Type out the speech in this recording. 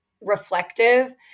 reflective